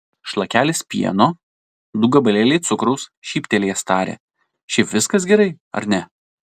šlakelis pieno du gabalėliai cukraus šyptelėjęs tarė šiaip viskas gerai ar ne